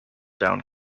down